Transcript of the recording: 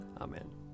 Amen